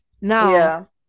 Now